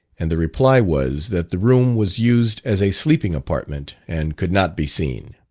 and the reply was, that the room was used as a sleeping apartment, and could not be seen.